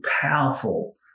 powerful